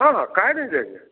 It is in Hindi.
हाँ काहे नहीं देंगे